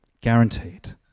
guaranteed